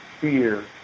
fear